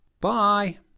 Bye